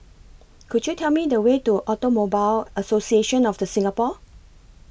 Could YOU Tell Me The Way to Automobile Association of The Singapore